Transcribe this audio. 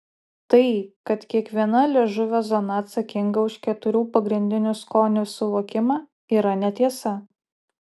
tai kad kiekviena liežuvio zona atsakinga už keturių pagrindinių skonių suvokimą yra netiesa